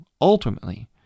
ultimately